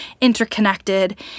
interconnected